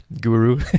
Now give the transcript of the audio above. guru